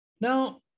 Now